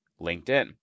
LinkedIn